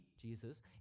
Jesus